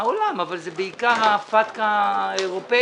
העולם אבל זה בעיקר הפטקא האירופאית,